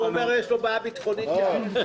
הוא אומר שיש לו בעיה ביטחונית שם.